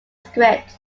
script